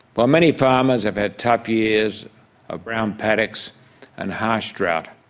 while many farmers have had tough years of brown paddocks and harsh drought,